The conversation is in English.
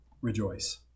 rejoice